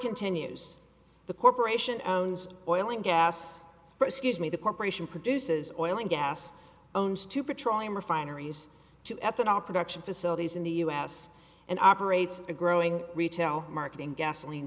continues the corporation owns oil and gas but scuse me the corporation produces oil and gas owns two petroleum refineries two ethanol production facilities in the us and operates a growing retail marketing gasoline